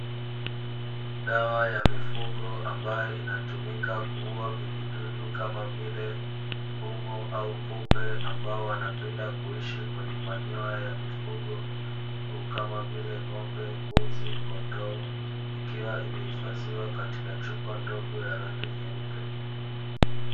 Dawa ya mifugo ambayo inatumika kuua vijidudu kama vile mbung’o au kupe ambao wanapenda kuishi kwenye manyoya ya mifugo kama vile; ng’ombe, mbuzi, kondoo ikiwa imehifadhiwa katika chupa ndogo ya rangi nyeupe.